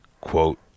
quote